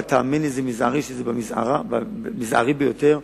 אבל תאמין לי שזה מזערי ביותר.